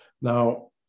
Now